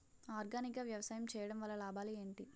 Organic గా వ్యవసాయం చేయడం వల్ల లాభాలు ఏంటి?